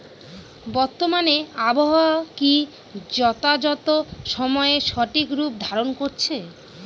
বর্তমানে আবহাওয়া কি যথাযথ সময়ে সঠিক রূপ ধারণ করছে?